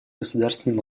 государственной